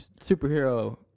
superhero